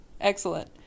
Excellent